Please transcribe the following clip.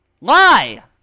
Lie